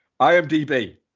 IMDB